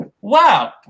wow